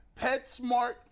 PetSmart